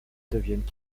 deviennent